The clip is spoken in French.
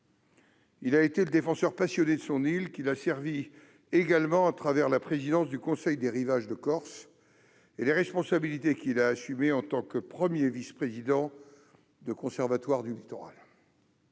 Il a été le défenseur passionné de son île, qu'il a servie également au travers de la présidence du Conseil des rivages de Corse et des responsabilités qu'il a assumées en tant que premier vice-président du Conservatoire du littoral.